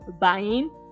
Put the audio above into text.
buying